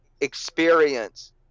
experience